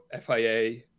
FIA